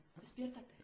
Despiértate